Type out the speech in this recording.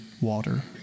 water